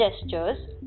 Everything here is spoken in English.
gestures